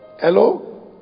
Hello